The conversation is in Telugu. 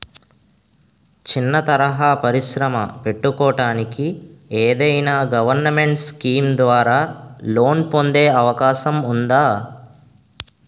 చిన్న తరహా పరిశ్రమ పెట్టుకోటానికి ఏదైనా గవర్నమెంట్ స్కీం ద్వారా లోన్ పొందే అవకాశం ఉందా?